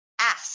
ask